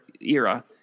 era